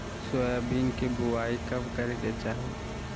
Soybean के बुआई कब करे के चाहि?